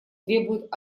требуют